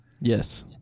Yes